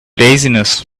laziness